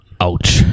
Ouch